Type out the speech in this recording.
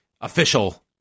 official